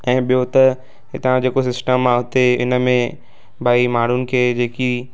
ऐं ॿियों त हितां जो जेको सिस्टम आहे हुते हिन में भई माण्हुनि खे जेकी